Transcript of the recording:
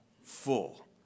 full